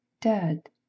dead